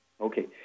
Okay